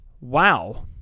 Wow